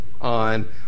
on